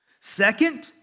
Second